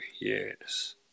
Yes